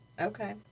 Okay